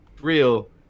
real